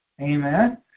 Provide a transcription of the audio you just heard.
Amen